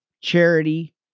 charity